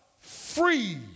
Free